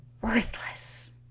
Worthless